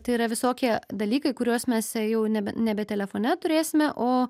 tai yra visokie dalykai kuriuos mes jau nebe nebe telefone turėsime o